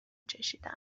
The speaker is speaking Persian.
چشیدم